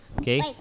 Okay